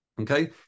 okay